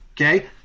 Okay